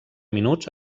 minuts